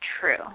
true